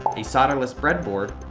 a solderless breadboard,